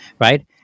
right